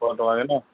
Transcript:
টকাকৈ ন'